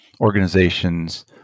organizations